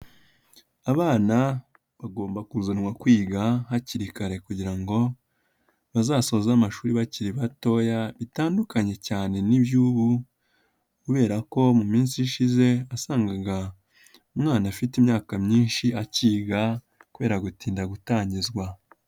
Abana bagomba kuzanwa kwiga hakiri kare kugira ngo bazasoza amashuri bakiri batoya bitandukanye cyane n'iby'ubu kubera ko mu minsi ishize wasangaga umwana afite imyaka myinshi akiga kubera gutinda gutangizwa.